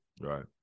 Right